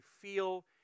feel